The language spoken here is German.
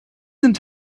sind